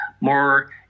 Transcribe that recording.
more